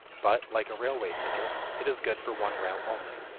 but, like a railway ticket, it is good for one route only.